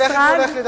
אתה תיכף עולה לדבר.